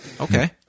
Okay